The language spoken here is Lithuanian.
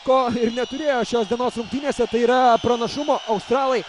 ko neturėjo šios dienos rungtynėse tai yra pranašumą australai